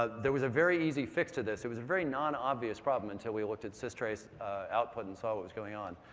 ah there was a very easy fix to this. it was a very nonobvious problem until we looked at systrace output and saw what was going on.